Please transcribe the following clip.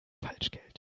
falschgeld